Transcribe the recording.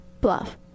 Bluff